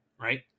right